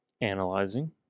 Analyzing